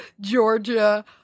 Georgia